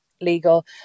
legal